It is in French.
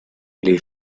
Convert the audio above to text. les